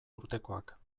urtekoak